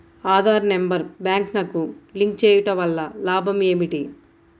Aadhaar number బ్యాంక్నకు link చేయుటవల్ల లాభం ఏమిటి?